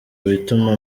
bituma